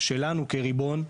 שלנו כריבון.